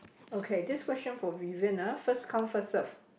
okay this question for Vivian ah first come first serve